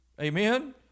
Amen